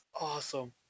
Awesome